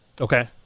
Okay